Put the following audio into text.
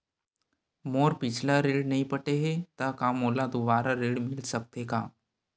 मोर पिछला ऋण नइ पटे हे त का मोला दुबारा ऋण मिल सकथे का?